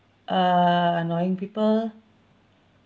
uh annoying people